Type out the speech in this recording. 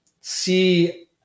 see